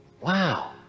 Wow